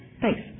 Thanks